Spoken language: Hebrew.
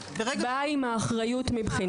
אבל אם יש לו שני תחומי מומחיות,